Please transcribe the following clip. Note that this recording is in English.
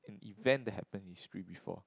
event that happen in history before